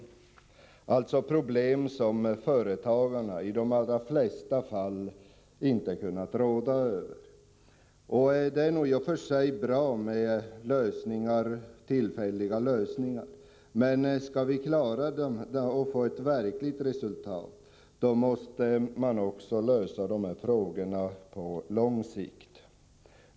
Det är alltså problem som företagarna i de allra flesta fall ej kunnat råda över. Det är nog i och för sig bra med tillfälliga lösningar, men skall vi klara denna situation och få ett verkligt resultat måste frågorna också lösas på lång sikt.